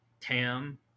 tam